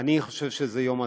אני חושב שזה יום עצוב.